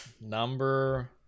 number